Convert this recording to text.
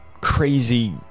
crazy